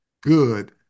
good